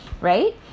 right